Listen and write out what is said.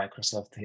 Microsoft